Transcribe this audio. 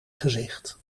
gezicht